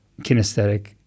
kinesthetic